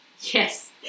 Yes